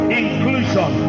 inclusion